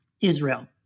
Israel